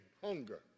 hunger